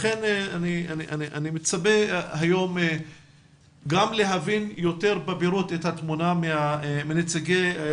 אני מצפה היום גם להבין יותר את התמונה שתוצג גם